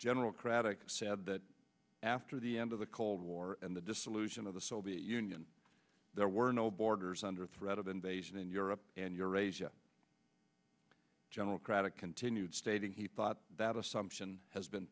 craddock said that after the end of the cold war and the dissolution of the soviet union there were no borders under threat of invasion in europe and eurasia general craddock continued stating he thought that assumption has been